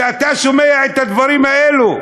כשאתה שומע את הדברים האלו,